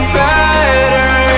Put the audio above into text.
better